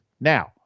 Now